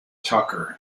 tucker